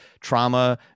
trauma